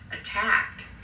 attacked